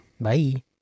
Bye